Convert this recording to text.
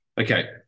okay